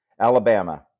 Alabama